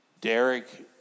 Derek